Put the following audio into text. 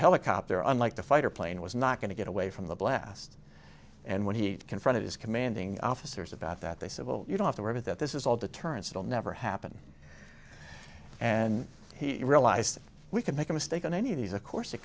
helicopter unlike the fighter plane was not going to get away from the blast and when he confronted his commanding officers about that they said well you don't have to worry that this is all deterrence it'll never happen and he realized we could make a mistake on any of these of course it